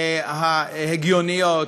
ההגיוניות,